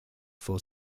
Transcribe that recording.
for